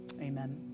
Amen